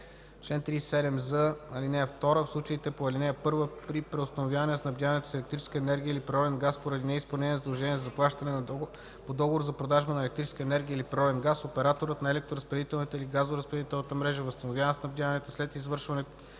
Чл. 38з. (2) В случаите по ал. 1 при преустановяване на снабдяването с електрическа енергия или природен газ поради неизпълнение на задължение за плащане по договор за продажба на електрическа енергия или природен газ, операторът на електроразпределителната или газоразпределителната мрежа възстановява снабдяването след извършване